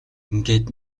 ингээд